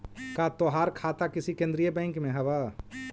का तोहार खाता किसी केन्द्रीय बैंक में हव